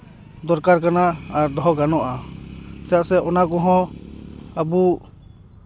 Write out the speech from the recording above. ᱫᱚᱨᱠᱟᱨ ᱠᱟᱱᱟ ᱟᱨ ᱫᱚᱦᱚ ᱜᱟᱱᱚᱜᱼᱟ ᱪᱮᱫᱟᱜ ᱥᱮ ᱚᱱᱟ ᱠᱚᱦᱚᱸ ᱟᱹᱵᱩ